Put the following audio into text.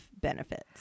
benefits